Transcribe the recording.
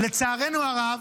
לצערנו הרב,